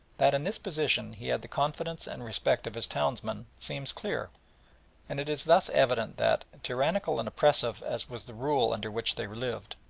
that in this position he had the confidence and respect of his townsmen seems clear and it is thus evident that, tyrannical and oppressive as was the rule under which they lived,